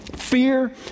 Fear